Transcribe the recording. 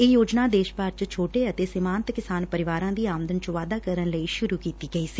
ਇਹ ਯੋਜਨਾ ਦੇਸ਼ ਭਰ ਚ ਛੋਟੇ ਅਤੇ ਸੀਮਾਂਤ ਕਿਸਾਨ ਪਰਿਵਾਰਾਂ ਦੀ ਆਮਦਨ ਚ ਵਾਧਾ ਕਰਨ ਲਈ ਸੂਰੁ ਕੀਤੀ ਗਈ ਸੀ